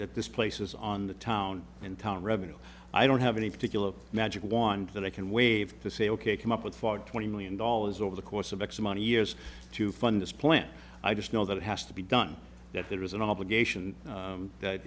that this places on the town and town revenue i don't have any particular magic wand that i can wave to say ok come up with fogge twenty million dollars over the course of x amount of years to fund this plan i just know that it has to be done that there is an obligation that